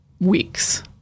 weeks